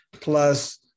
Plus